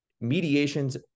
mediations